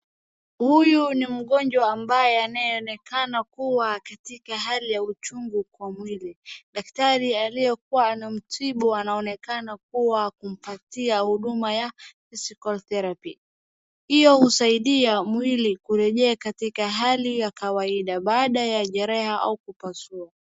Huyu ni mgonjwa ambaye anayeonekena kuwa katika hali ya uchungu kwa mwili. Daktari aliyekuwa anamtibu anaonekana kuwa kumpatia huduma ya Physical Therapy. Hiyo husaidia mwili kurejea katika hali ya kawaida baada ya jeraha au kupasua.